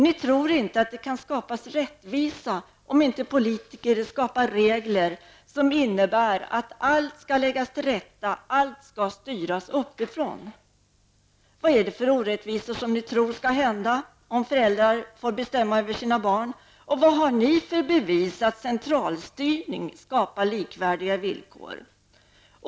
Ni tror inte att det kan skapas rättvisa om inte politiker skapar regler som innebär att allt skall läggas till rätta, allt skall styras uppifrån. Vad är det för orättvisor ni tror skall uppstå om föräldrar får bestämma över sina barn? Vad har ni för bevis för att centralstyrning skapar likvärdiga villkor?